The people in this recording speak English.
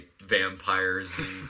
vampires